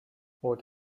what